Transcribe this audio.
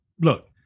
look